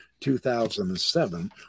2007